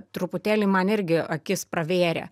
truputėlį man irgi akis pravėrė